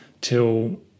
till